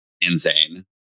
insane